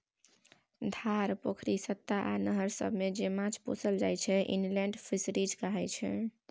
धार, पोखरि, खत्ता आ नहर सबमे जे माछ पोसल जाइ छै इनलेंड फीसरीज कहाय छै